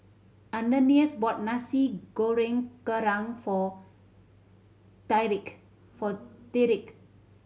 Ananias bought Nasi Goreng Kerang for for Tyrique